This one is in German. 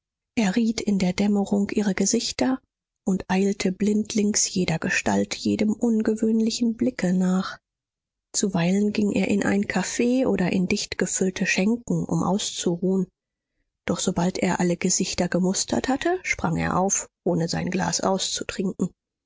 erriet in der dämmerung ihre gesichter und eilte blindlings jeder gestalt jedem ungewöhnlichen blicke nach zuweilen ging er in ein cafe oder in dichtgefüllte schenken um auszuruhen doch sobald er alle gesichter gemustert hatte sprang er auf ohne sein glas auszutrinken